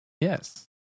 Yes